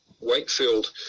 Wakefield